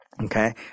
okay